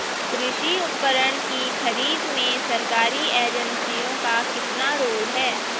कृषि उपकरण की खरीद में सरकारी एजेंसियों का कितना रोल है?